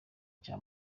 cya